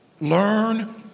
Learn